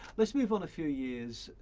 let's move on a few years.